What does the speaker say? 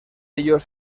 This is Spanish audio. ellos